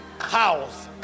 house